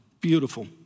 Beautiful